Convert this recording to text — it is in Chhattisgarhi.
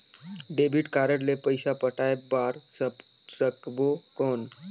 डेबिट कारड ले पइसा पटाय बार सकबो कौन?